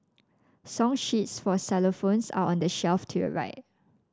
song sheets for xylophones are on the shelf to your right